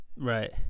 Right